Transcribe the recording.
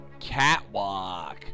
Catwalk